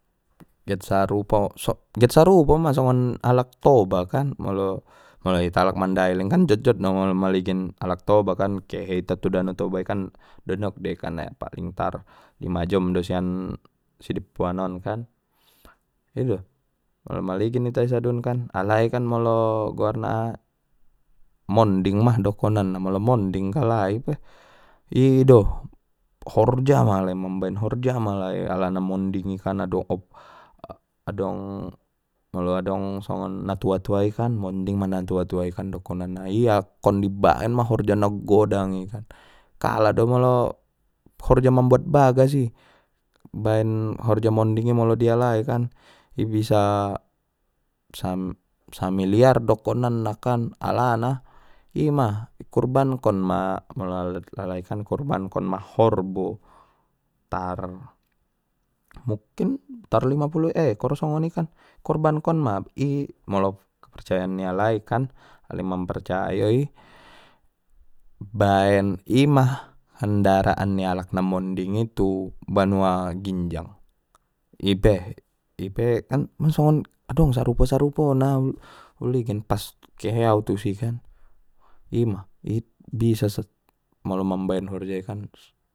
Get sarupo so get sarupo ma songon alak tobakan molo ita alak mandailing kan jotjot maligin alak toba kan kehe ita tu danau tobai kan donok dei kan paling tar lima jom do sian sidippuan on kan ido molo maligin ita i sadun kan alai kan molo goarna aha monding ma dokonan na molo monding kalai pe i do horja ma alai mambaen horja ma alai alana monding i kan adong adong molo adong songon na tua-tua i kan monding ma na tau-tua i kan dokonan na i akkon dibaen ma horja na godang i kan kalah do molo horja mambuat bagas i baen horja monding i molo di alai kan i bisa sa-samiliar dokonan na kan alana ima ikurbankon ma molo alai kan i kurbankon ma horbo tar mukkin tar lima pulu ekor songoni kan korbankon ma i molo kapurcayaan ni alai kan alai mampercayoi baen ima hendaraan ni alak na mondingi tu banua ginjang ipe ipe kan ma songon adong sarupo-sarupo na uligin pas kehe au tu si kan ima i bisa molo mambaen horja i kan.